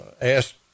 asked